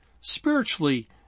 spiritually